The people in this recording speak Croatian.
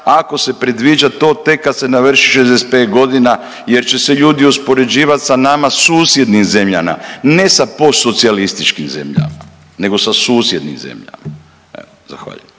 ako se predviđa to tek kad se navrši 65 godina jer će se ljudi uspoređivati sa nama susjednim zemljama, ne sa postsocijalističkim zemljama, nego sa susjednim zemljama. Evo, zahvaljujem.